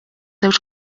żewġ